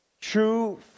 true